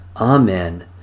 Amen